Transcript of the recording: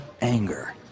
anger